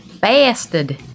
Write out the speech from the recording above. bastard